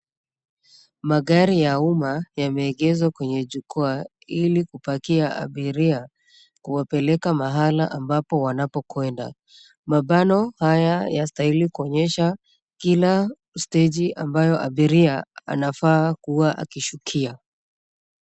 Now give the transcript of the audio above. Magari ya umma yameegezwa kwenye jukwaa ili kupakia abiria kuwapeleka mahala ambapo wanapokwenda. Mabango haya yastahili kuonyesha kila steji ambayo abiria anafaa kuwa akishukia.